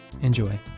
Enjoy